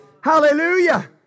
Hallelujah